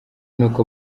n’uko